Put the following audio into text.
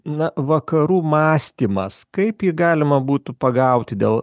na vakarų mąstymas kaip jį galima būtų pagauti dėl